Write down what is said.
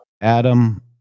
Adam